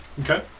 Okay